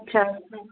अच्छा